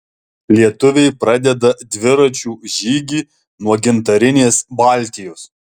lietuviai pradeda dviračių žygį nuo gintarinės baltijos